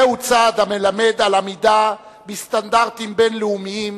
זהו צעד המלמד על עמידה בסטנדרטים בין-לאומיים